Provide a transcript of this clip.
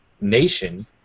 nation